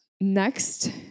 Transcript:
Next